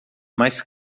mas